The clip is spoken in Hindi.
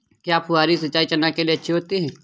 क्या फुहारी सिंचाई चना के लिए अच्छी होती है?